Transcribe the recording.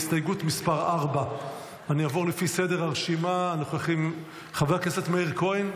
הסתייגות מס' 4. אני אעבור לפי סדר הרשימה: חבר הכנסת מאיר כהן,